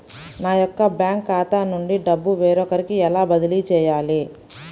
నా యొక్క బ్యాంకు ఖాతా నుండి డబ్బు వేరొకరికి ఎలా బదిలీ చేయాలి?